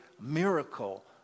miracle